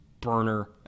burner